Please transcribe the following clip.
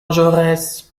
jaurès